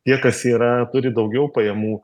tie kas yra turi daugiau pajamų